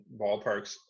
ballparks